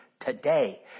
today